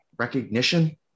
recognition